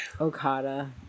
Okada